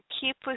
keep